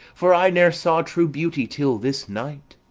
for i ne'er saw true beauty till this night.